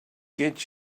get